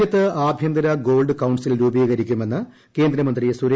രാജ്യത്ത് ആഭ്യന്തര gold council ന് രൂപീകരിക്കുമെന്ന് കേന്ദ്രമന്ത്രി സുരേഷ്പ്രഭു